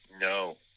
No